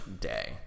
day